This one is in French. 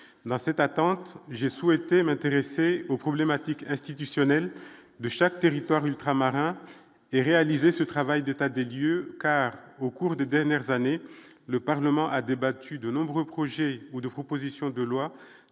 dans cette attente, j'ai souhaité m'intéresser aux problématiques institutionnelles de chaque territoire ultramarin et réaliser ce travail d'état des lieux, car au cours des dernières années, le Parlement a débattu de nombreux projets ou de propositions de loi